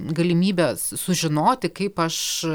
galimybės sužinoti kaip aš